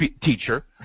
teacher